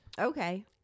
Okay